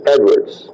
Edwards